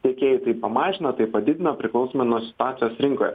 tiekėjai tai pamažina tai padidina priklausomai nuo situacijos rinkoje